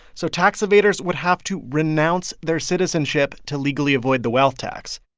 so tax evaders would have to renounce their citizenship to legally avoid the wealth tax.